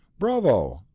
bravo,